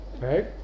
Right